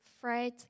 Fred